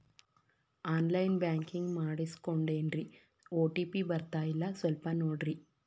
on line banking ಮಾಡಿಸ್ಕೊಂಡೇನ್ರಿ OTP ಬರ್ತಾಯಿಲ್ಲ ಸ್ವಲ್ಪ ನೋಡ್ರಿ